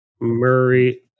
Murray